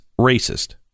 racist